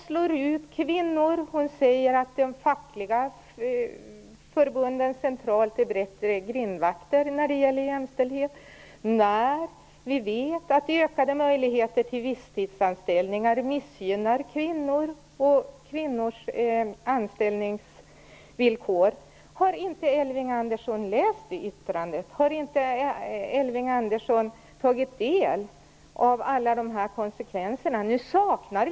JämO säger dessutom att de fackliga förbunden centralt är bättre grindvakter när det gäller jämställdheten. Vi vet ju att detta ger ökade möjligheter till visstidsanställningar och missgynnar kvinnor och kvinnors anställningsvillkor. Har Elving Andersson inte läst det yttrandet? Har han inte tagit del av alla konsekvenserna här?